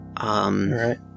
Right